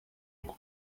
uko